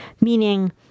Meaning